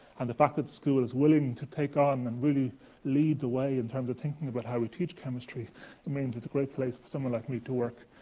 and the fact that the school is willing to take on and really lead the way in terms of thinking about how we teach chemistry means it's a great place for someone like me to work.